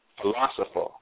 philosopher